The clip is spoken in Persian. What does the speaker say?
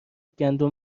گندم